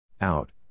Out